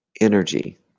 energy